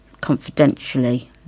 confidentially